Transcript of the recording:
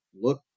look